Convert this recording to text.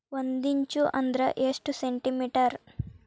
ಒಂದಿಂಚು ಅಂದ್ರ ಎಷ್ಟು ಸೆಂಟಿಮೇಟರ್?